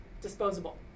Disposable